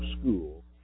school